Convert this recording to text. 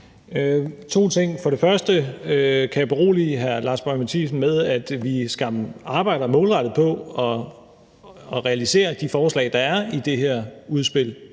hr. Lars Boje Mathiesen med, at vi skam arbejder målrettet på at realisere de forslag, der er i det her udspil